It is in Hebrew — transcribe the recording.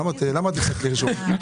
לפרסום.